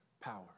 power